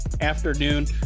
afternoon